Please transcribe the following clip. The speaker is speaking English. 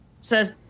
says